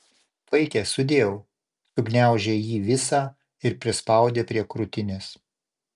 vaike sudieu sugniaužė jį visą ir prispaudė prie krūtinės